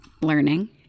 learning